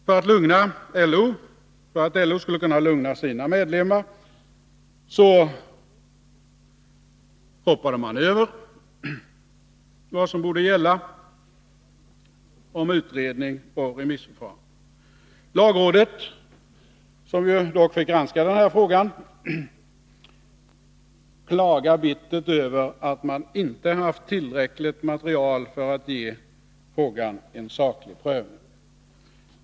För att lugna LO och för att LO skulle kunna lugna sina medlemmar hoppade man över vad som borde gälla om utredning och remissförfarande. Lagrådet, som dock fick granska den här frågan, klagar bittert över att det inte haft tillräckligt material för att ge frågan en saklig prövning.